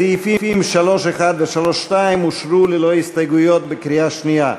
סעיפים 3(1) ו-3(2) אושרו ללא הסתייגויות בקריאה שנייה.